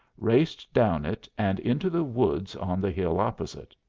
raced down it and into the woods on the hill opposite.